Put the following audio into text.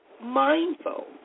mindful